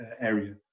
area